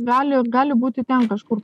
gali gali būti ten kažkur